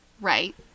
right